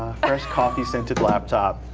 fresh coffee-scented laptop.